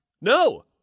No